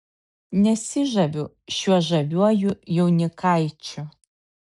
nesižaviu šiuo žaviuoju jaunikaičiu